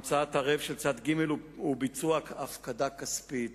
המצאת ערב של צד ג' וביצוע הפקדה כספית.